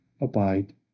abide